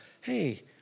hey